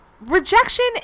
rejection